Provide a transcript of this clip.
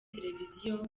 televiziyo